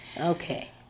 Okay